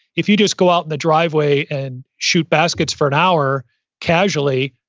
if you just go out in the driveway and shoot baskets for an hour casually,